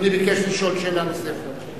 אדוני ביקש לשאול שאלה נוספת.